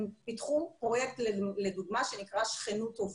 פיתחו פרויקט לדוגמה שנקרא 'שכנות טובה',